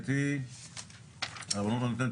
אני מאוד רציתי שהעמותות יהיו מחוץ לדבר הזה,